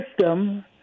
system